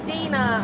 Dina